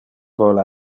vole